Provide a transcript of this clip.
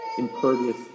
impervious